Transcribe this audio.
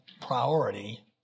priority